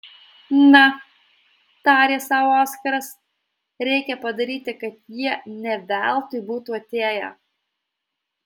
na tarė sau oskaras reikia padaryti kad jie ne veltui būtų atėję